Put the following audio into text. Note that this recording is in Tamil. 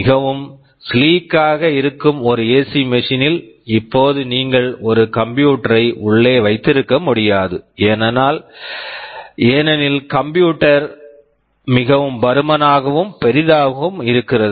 மிகவும் ஸ்லீக் sleek ஆக இருக்கும் ஒரு ஏசி மெஷின் AC machine ல் இப்போது நீங்கள் ஒரு கம்ப்யூட்டர் computer ஐ உள்ளே வைத்திருக்க முடியாது ஏனெனில் கம்ப்யூட்டர் computer மிகவும் பருமனாகவும் பெரிதாகவும் இருக்கிறது